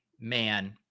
Man